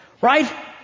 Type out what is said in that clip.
Right